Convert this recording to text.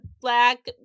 black